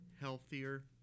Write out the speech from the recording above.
healthier